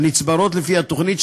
הנצברות לפי התוכנית,